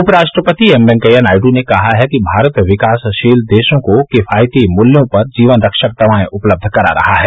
उप राष्ट्रपति एम वेंकैया नायडू ने कहा है कि भारत विकासशील देशों को किफायती मूल्यों पर जीवनरक्षक दवाएं उपलब्ध करा रहा है